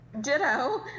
Ditto